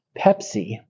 Pepsi